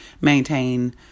maintain